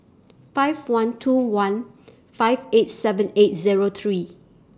five one two one five eight seven eight Zero three